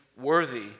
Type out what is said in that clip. worthy